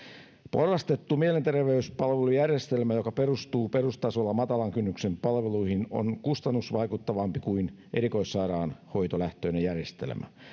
porrastettu mielenterveyspalvelujärjestelmä joka perustuu perustasolla matalan kynnyksen palveluihin on kustannusvaikuttavampi kuin erikoissairaanhoitolähtöinen järjestelmä